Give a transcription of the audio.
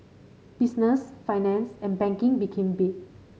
business finance and banking became big